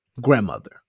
grandmother